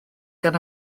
gan